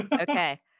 okay